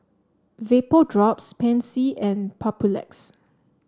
Vapodrops Pansy and Papulex